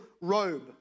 robe